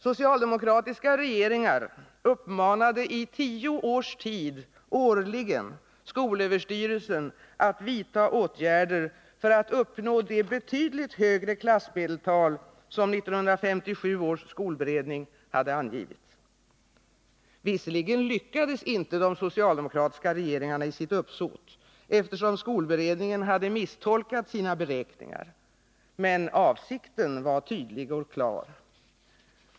Socialdemokratiska regeringar uppmanade i tio års tid årligen skolöverstyrelsen att vidta åtgärder för att uppnå det betydligt högre klassmedeltal som 1957 års skolberedning hade angivit. Visserligen lyckades inte de socialdemokratiska regeringarna i sitt uppsåt, eftersom skolberedningen hade misstolkat sina beräkningar, men avsikten var tydlig och klar.